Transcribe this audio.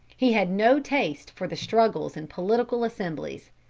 he had no taste for the struggles in political assemblies.